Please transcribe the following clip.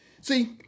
See